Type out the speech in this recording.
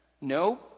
no